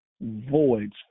voids